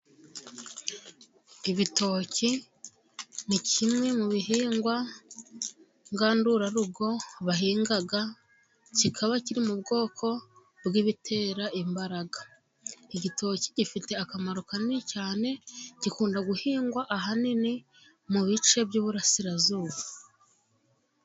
Ibitoki ni kimwe mu bihingwa ngandurarugo bahinga, kikaba kiri mu bwoko bw'ibitera imbaraga, igitoki gifite akamaro kanini cyane, gikunda guhingwa ahanini mu bice by'iburasirazuba.